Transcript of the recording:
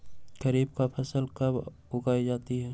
खरीफ की फसल कब उगाई जाती है?